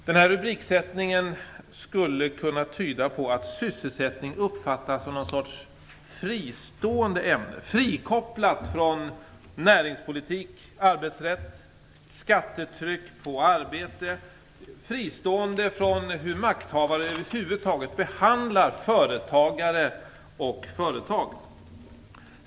Den rubriksättningen skulle kunna tyda på att sysselsättning uppfattas som ett fristående ämne som är frikopplat från näringspolitik, arbetsrätt, skattetryck på arbete och fristående från hur makthavarna över huvud taget behandlar företagare och företag.